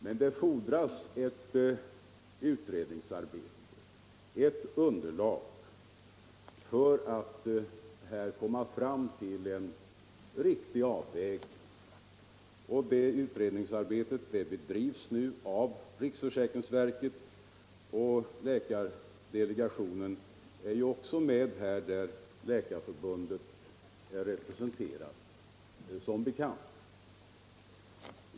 Men det fordras ett utredningsarbete för att få fram underlag för en riktig avvägning. Det utredningsarbetet bedrivs nu av riksförsäkringsverket. Läkarvårdsdelegationen, där Läkarförbundet är representerat, är som bekant med i det arbetet.